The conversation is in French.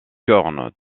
cornes